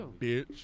bitch